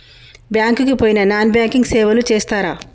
Bank కి పోయిన non banking సేవలు చేస్తరా?